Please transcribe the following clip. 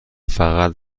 فقط